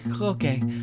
Okay